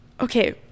Okay